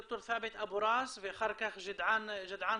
ד"ר ת'אבת אבו ראס ואחר כך גדעאן ספדי.